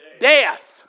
Death